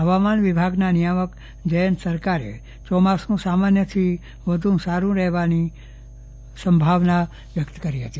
હવામાન વિભાગના નિયામક જયંત સરકારે ચોમાસું સામાન્યથી વધુ સારું રહેવાની સંભાવના વ્યક્ત કરી હતી